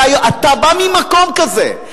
אתה בא ממקום כזה,